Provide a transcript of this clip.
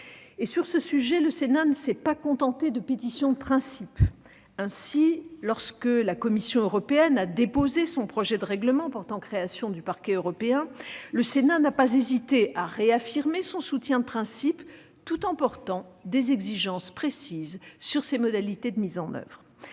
Sur ce sujet, le Sénat ne s'est pas contenté de pétitions de principe. Ainsi, lorsque la Commission européenne a déposé son projet de règlement portant création du Parquet européen, le Sénat n'a pas hésité à réaffirmer son soutien de principe, tout en portant des exigences précises sur ses modalités de mise en oeuvre.